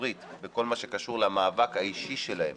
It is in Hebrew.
ציבורית בכל מה שקשור למאבק האישי שלהם